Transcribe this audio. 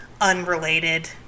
unrelated